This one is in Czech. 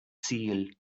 cíl